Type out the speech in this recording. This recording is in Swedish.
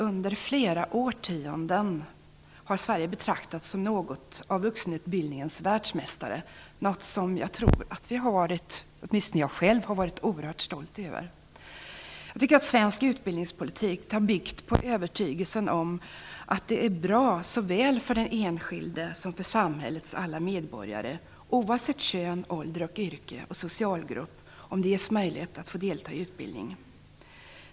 Under flera årtionden har Sverige betraktats som något av vuxenutbildningens världsmästare, något som åtminstone jag själv har varit oerhört stolt över. Jag tycker att svensk utbildningspolitik har byggt på övertygelsen om att det är bra såväl för den enskilde som för samhällets alla medborgare, oavsett kön, ålder, yrke och socialgrupp, om det ges möjlighet att delta i utbildning.